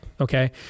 Okay